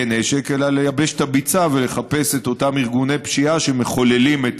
נשק אלא לייבש את הביצה ולחפש את אותם ארגוני פשיעה שמחוללים את